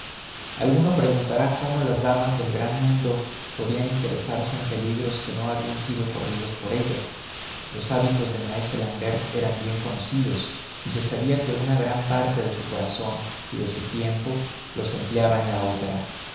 alguno preguntará cómo las damas del gran mundo podían interesarse en peligros que no habían sido corridos por ellas los hábitos de maese l'ambert eran bien conocidos y se sabía que una gran parte de su corazón y de su tiempo los empleaba en la opera